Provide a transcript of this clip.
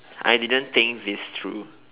I didn't think this through